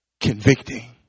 convicting